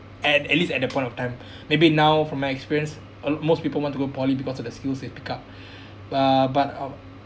at at least at that point of time maybe now from my experience all most people want to go poly because of the skills they pick up uh but uh